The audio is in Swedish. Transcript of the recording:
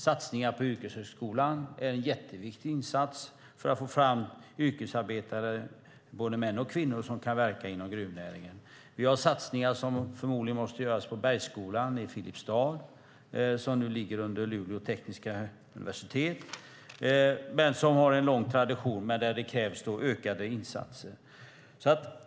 Satsningar på yrkeshögskolan är en jätteviktig insats för att få fram yrkesarbetare, både män och kvinnor, som kan verka inom gruvnäringen. Vi har satsningar som förmodligen måste göras på Bergsskolan i Filipstad, som nu ligger under Luleå tekniska universitet, som har en lång tradition men där det krävs ökade insatser.